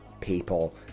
people